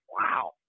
wow